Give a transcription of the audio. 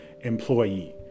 employee